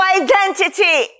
identity